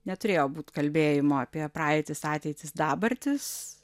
neturėjo būt kalbėjimo apie praeitis ateitis dabartis